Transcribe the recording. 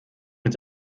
mit